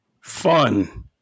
fun